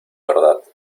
verdad